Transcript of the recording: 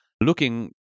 looking